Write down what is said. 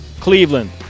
Cleveland